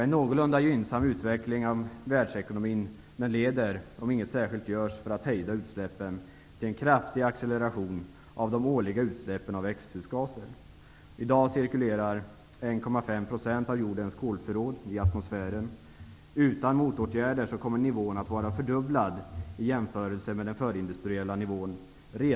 En någorlunda gynnsam utveckling av världsekonomin leder, om inte särskilda åtgärder vidtas för att hejda utsläppen, till en kraftig acceleration av de årliga utsläppen av växthusgaser. I dag cirkulerar 1,5 % av jordens kolförråd i atmosfären. Om motåtgärder inte vidtas, kommer nivån redan om knappt 40 år att vara dubbelt så hög i jämförelse med den förindustriella nivån.